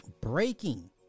breaking